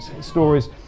stories